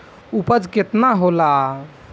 उपज केतना होला?